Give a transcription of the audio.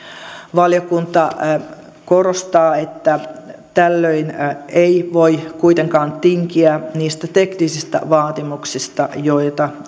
valiokunta korostaa että tällöin ei voi kuitenkaan tinkiä niistä teknisistä vaatimuksista joita